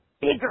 bigger